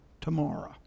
tomorrow